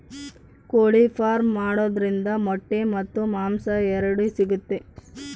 ಕೋಳಿ ಫಾರ್ಮ್ ಮಾಡೋದ್ರಿಂದ ಮೊಟ್ಟೆ ಮತ್ತು ಮಾಂಸ ಎರಡು ಸಿಗುತ್ತೆ